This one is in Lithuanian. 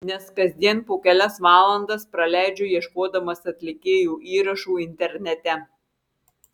nes kasdien po kelias valandas praleidžiu ieškodamas atlikėjų įrašų internete